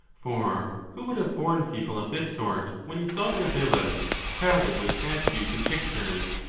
for who would have borne people of this sort, when he saw their villas crowded with statues and pictures,